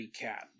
cat